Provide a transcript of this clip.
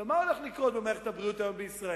מה הולך לקרות במערכת הבריאות היום בישראל?